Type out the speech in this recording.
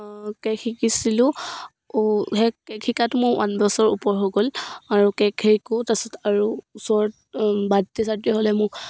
cake শিকিছিলোঁ সেই cake শিকাটো মোৰ ওৱান বছৰ ওপৰ হৈ গ'ল আৰু কেক শিকোঁ তাৰপিছত আৰু ওচৰত বাৰ্থডে চাৰ্থদে হ'লে মোক